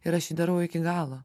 ir aš jį darau iki galo